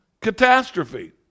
catastrophe